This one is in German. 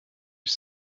ich